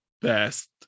best